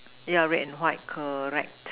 yeah red and white correct